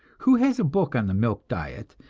who has a book on the milk diet,